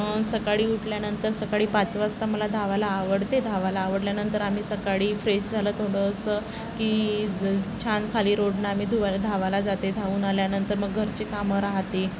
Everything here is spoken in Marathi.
सकाळी उठल्यानंतर सकाळी पाच वाजता मला धावायला आवडते धावायला आवडल्यानंतर आम्ही सकाळी फ्रेश झालं थोडंसं की छान खाली रोडने आम्ही धुवा धावायला जाते धावून आल्यानंतर मग घरचे कामं राहतेे